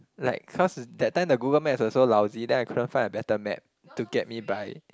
like cause that time the Google Maps was so lousy then I couldn't find a better map to get me by